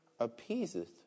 appeaseth